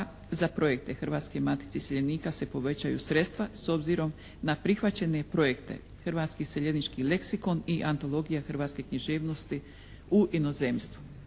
za projekte Hrvatske matice iseljenika se povećaju sredstva s obzirom na prihvaćene projekte "Hrvatski iseljenički leksikon" i "Antologija hrvatske književnosti u inozemstvu.".